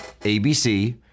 ABC